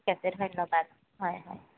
ঠিক আছে ধন্যবাদ হয় হয়